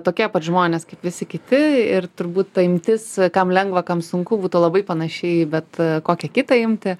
tokie pat žmonės kaip visi kiti ir turbūt ta imtis kam lengva kam sunku būtų labai panaši į bet kokią kitą imtį